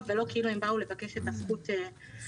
ולא כאילו הם באו לבקש את הזכות שלהם.